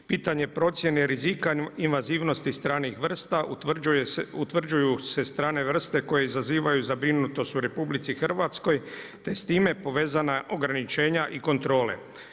Pitanje procjene rizika invazivnosti stranih vrsta utvrđuju se strane vrste koje izazivaju zabrinutost u RH te s time povezana ograničenja i kontrole.